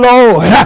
Lord